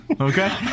Okay